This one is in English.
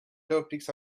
topics